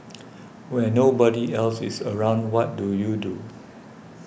when nobody else is around what do you do